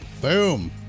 Boom